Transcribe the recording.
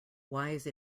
wise